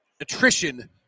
attrition –